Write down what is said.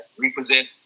represent